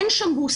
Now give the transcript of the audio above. אין ש בוסטר.